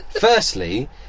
firstly